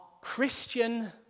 Christian